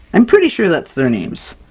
i'm pretty sure that's their names.